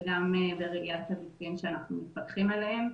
וגם בראיית הגופים שאנחנו מפקחים עליהם.